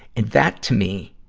and that, to me,